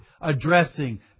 addressing